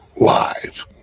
live